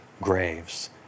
graves